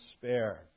despair